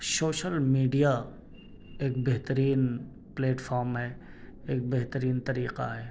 social media ایک بہترین platform ہے ایک بہترین طریقہ ہے